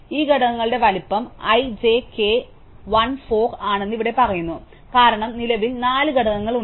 അതിനാൽ ഈ ഘടകങ്ങളുടെ വലുപ്പം i j k l 4 ആണെന്ന് ഇവിടെ പറയുന്നു കാരണം നിലവിൽ 4 ഘടകങ്ങൾ ഉണ്ട്